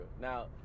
Now